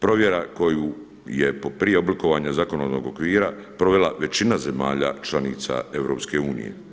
Provjera koju je prije oblikovanja zakonodavnog okvira provela većina zemalja članica EU.